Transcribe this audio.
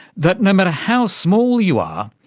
that no matter how small you are,